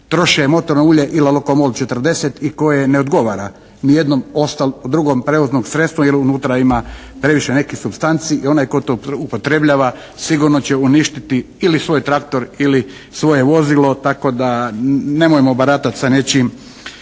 troše motorno ulje Ilalokomol 40 i koje ne odgovara ni jednom drugom prijevoznom sredstvu jer unutra ima previše nekih supstanci i onaj tko to upotrebljava sigurno će uništiti ili svoj traktor ili svoje vozilo tako da nemojmo baratati sa nečim